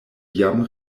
jam